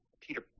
Peter